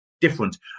different